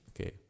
Okay